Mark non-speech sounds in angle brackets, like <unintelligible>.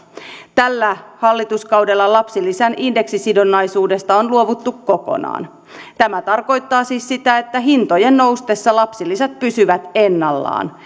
tällä hallituskaudella lapsilisän indeksisidonnaisuudesta on luovuttu kokonaan tämä tarkoittaa siis sitä että hintojen noustessa lapsilisät pysyvät ennallaan <unintelligible>